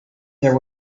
there